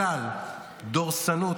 זה הולך ונשחק בגלל דורסנות.